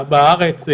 להתייחס?